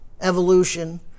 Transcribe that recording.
evolution